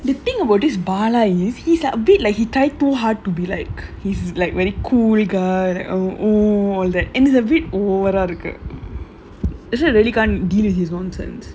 the thing about this bala is like like he a bit try too hard to be like very cool guy oh all that and is a bit over ah இருக்கு:irukku he isn't really can get his own sense